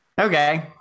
Okay